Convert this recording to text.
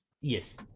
Yes